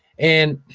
and,